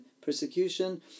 persecution